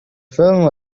film